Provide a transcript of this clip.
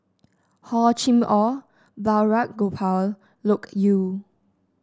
Hor Chim Or Balraj Gopal Loke Yew